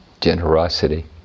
generosity